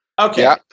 Okay